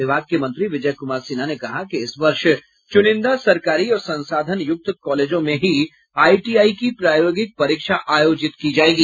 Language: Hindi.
विभाग के मंत्री विजय कूमार सिन्हा ने कहा कि इस वर्ष चुनिंदा सरकारी और संसाधन युक्त कॉलेज में ही आईटीआई की प्रायोगिक परीक्षा आयोजित की जायेगी